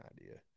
idea